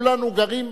כולנו גרים,